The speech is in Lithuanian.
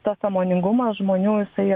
tas sąmoningumas žmonių jisai